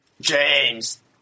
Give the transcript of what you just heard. James